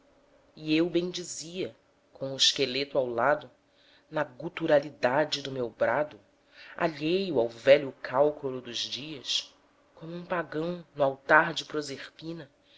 e eu bendizia com o esqueleto ao lado na guturalidade do meu brado alheio ao velho cálculo dos dias como um pagão no altar de